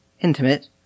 intimate